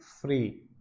free